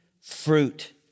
fruit